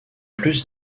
plus